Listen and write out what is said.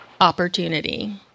opportunity